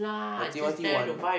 but Timothy want